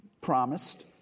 promised